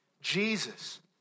Jesus